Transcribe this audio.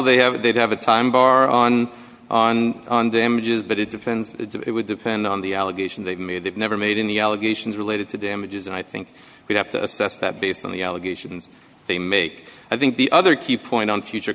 they have they do have a time bar on on on damages but it depends it would depend on the allegation they made that never made any allegations related to damages and i think we have to assess that based on the allegations they make i think the other key point on future